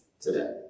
today